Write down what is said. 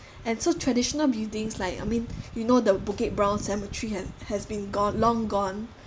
and so traditional buildings like I mean you know the bukit brown cemetery has has been gone long gone